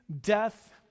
death